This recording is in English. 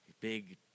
big